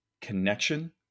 connection